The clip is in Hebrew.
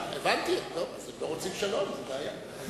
הבנתי, אז הם לא רוצים שלום, זאת בעיה.